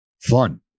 fun